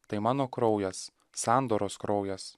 tai mano kraujas sandoros kraujas